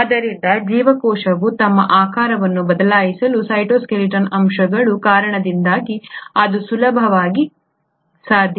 ಆದ್ದರಿಂದ ಜೀವಕೋಶಗಳು ತಮ್ಮ ಆಕಾರವನ್ನು ಬದಲಾಯಿಸಲು ಸೈಟೋಸ್ಕೆಲಿಟಲ್ ಅಂಶಗಳ ಕಾರಣದಿಂದಾಗಿ ಇದು ಸುಲಭವಾಗಿ ಸಾಧ್ಯ